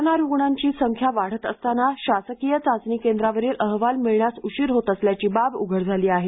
कोरोनाची रुग्णसंख्या वाढत असताना शासकीय चाचणी केंद्रावरील अहवाल मिळण्यास उशीर होत असल्याची बाब उघड झाली आहे